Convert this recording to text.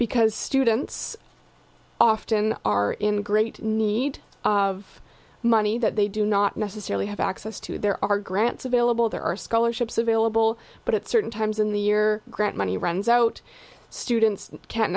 because students often are in great need of money that they do not necessarily have access to there are grants available there are scholarships available but at certain times in the year grant money runs out students can't